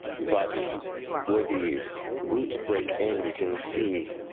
but where the roots break in, you can see